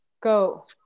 Go